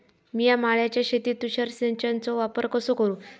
मिया माळ्याच्या शेतीत तुषार सिंचनचो वापर कसो करू?